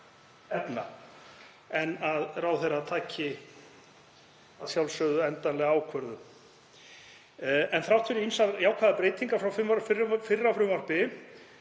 en að ráðherra taki að sjálfsögðu endanlega ákvörðun. Þrátt fyrir ýmsar jákvæðar breytingar frá fyrra frumvarpi